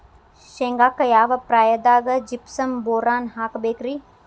ಶೇಂಗಾಕ್ಕ ಯಾವ ಪ್ರಾಯದಾಗ ಜಿಪ್ಸಂ ಬೋರಾನ್ ಹಾಕಬೇಕ ರಿ?